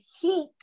heat